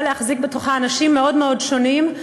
להחזיק בתוכה אנשים מאוד מאוד שונים,